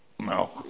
No